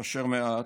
להתפשר מעט,